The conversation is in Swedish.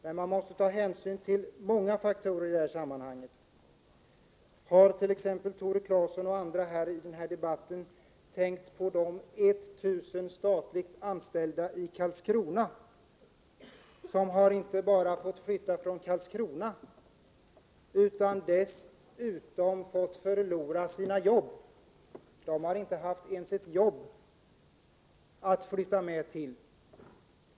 Det finns dock många faktorer att ta hänsyn till. Har t.ex. Tore Claeson och andra i debatten tänkt på de 1 000 statligt anställda i Karlskrona som inte bara har fått flytta från Karlskrona utan dessutom förlorat sina jobb? De har inte ens haft ett jobb att flytta till.